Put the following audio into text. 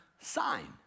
sign